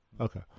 Okay